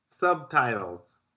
subtitles